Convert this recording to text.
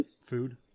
food